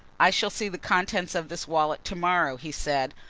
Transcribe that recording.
i shall see the contents of this wallet to-morrow, he said.